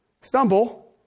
stumble